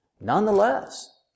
Nonetheless